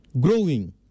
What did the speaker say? growing